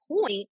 point